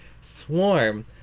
Swarm